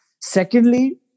Secondly